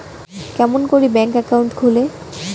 কেমন করি bank account খুলে?